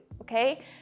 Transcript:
okay